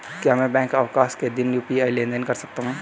क्या मैं बैंक अवकाश के दिन यू.पी.आई लेनदेन कर सकता हूँ?